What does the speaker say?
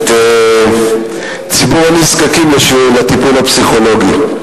את ציבור הנזקקים לטיפול הפסיכולוגי.